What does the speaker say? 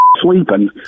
sleeping